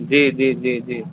جی جی جی جی